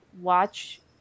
watch